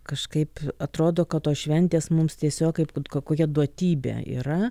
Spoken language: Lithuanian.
kažkaip atrodo kad tos šventės mums tiesiog kaip kad kok kokia duotybė yra